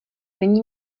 není